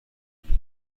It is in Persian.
میگه